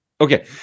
Okay